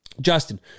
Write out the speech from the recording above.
Justin